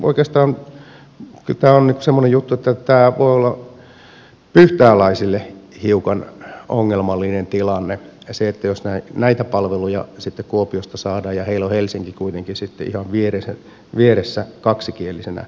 oikeastaan kyllä tämä on nyt sellainen juttu että tämä voi olla pyhtääläisille hiukan ongelmallinen tilanne jos näitä palveluja sitten kuopiosta saadaan ja heillä on helsinki kuitenkin sitten ihan vieressä kaksikielisenä paikkana